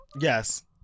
Yes